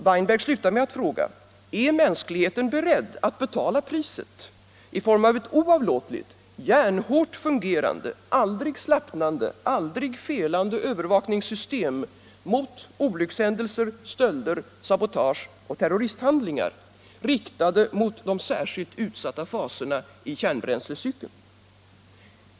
Weinberg slutar med att fråga: Är mänskligheten beredd att betala priset, i form av ett oavlåtligt, järnhårt fungerande, aldrig slappnande, aldrig felande övervakningssystem mot olyckshändelser, stölder, sabotage och terroristhandlingar, riktade mot de särskilt utsatta faserna i kärnbränslecykeln?